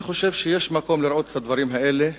אני חושב שיש מקום לראות את הדברים האלה,